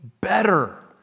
better